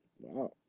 Wow